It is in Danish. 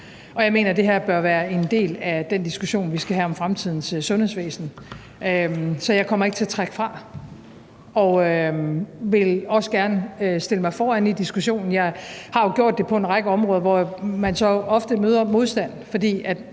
Jeg mener, at det her bør være en del af den diskussion, vi skal have om fremtidens sundhedsvæsen. Så jeg kommer ikke til at trække fra og vil også gerne stille mig foran i diskussionen. Jeg har jo gjort det på en række områder, hvor man så ofte møder modstand,